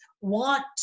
want